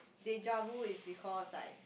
deja vu is because like